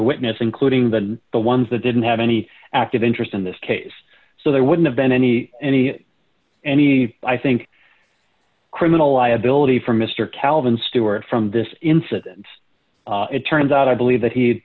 witness including than the ones that didn't have any active interest in this case so there wouldn't have been any any any i think criminal liability for mr calvin stewart from this incident it turns out i believe that he